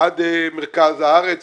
מרכז הארץ.